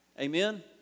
Amen